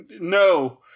no